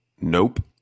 Nope